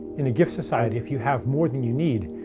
in a gift society, if you have more than you need,